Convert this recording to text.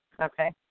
Okay